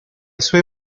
suoi